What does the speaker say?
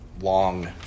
long